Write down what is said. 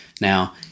Now